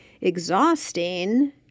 exhausting